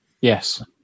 yes